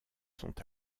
sont